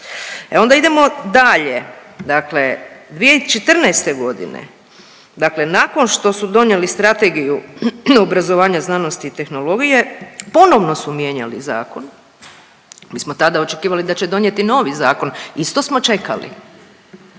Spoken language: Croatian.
E onda idemo dalje, dakle 2014. g., dakle nakon što su donijeli Strategiju obrazovanja, znanosti i tehnologije, ponovno su mijenjali zakon. Mi smo tada očekivali da će donijeli novi zakon, isto smo čekali.